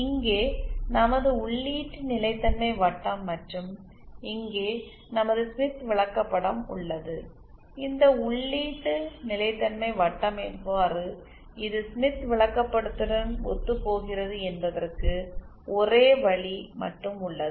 இங்கே நமது உள்ளீட்டு நிலைத்தன்மை வட்டம் மற்றும் இங்கே நமது ஸ்மித் விளக்கப்படம் உள்ளது இந்த உள்ளீட்டு நிலைத்தன்மை வட்டம் எவ்வாறு ஸ்மித் விளக்கப்படத்துடன் ஒத்துப்போகிறது என்பதற்கு ஓரே வழி மட்டும் உள்ளது